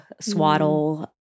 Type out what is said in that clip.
swaddle